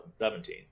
2017